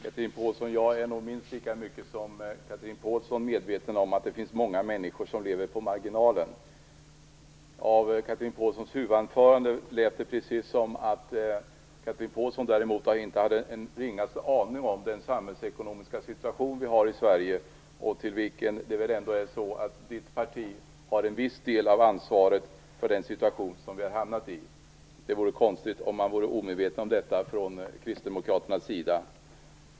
Fru talman! Jag är nog minst lika mycket som Chatrine Pålsson medveten om att det finns många människor som lever på marginalen. I Chatrine Pålssons huvudanförande lät det precis som om hon själv däremot inte hade den ringaste aning om vilken samhällsekonomisk situation vi har i Sverige. Hennes parti har väl ändå en viss del av ansvaret för den situation som vi har hamnat i. Det vore konstigt om man vore omedveten om detta från kristdemokraternas sida.